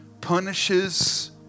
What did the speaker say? punishes